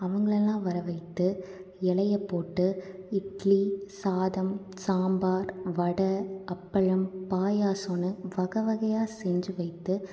அவங்களையெல்லாம் வரவைத்து இலைய போட்டு இட்லி சாதம் சாம்பார் வடை அப்பளம் பாயாசனு வகைவகையா செஞ்சு வைத்து